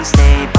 Stay